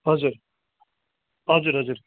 हजुर हजुर हजुर